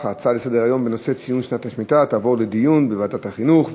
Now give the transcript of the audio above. ההצעה להעביר את הנושא לוועדת החינוך,